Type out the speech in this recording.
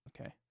Okay